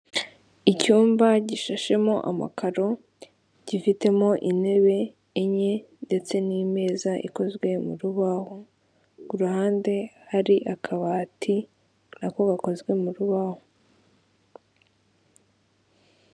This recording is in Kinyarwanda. Icyumba gishashemo amakaro gifitemo intebe enye ndetse n'imeza ikozwe mu rubaho ku ruhande hari akabati nako gakozwe mu rubaho.